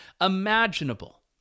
imaginable